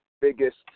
biggest